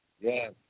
yes